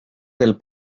del